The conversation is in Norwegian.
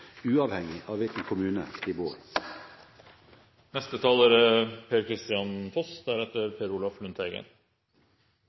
uavhengig av hvilken kommune de bor i. Det er